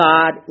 God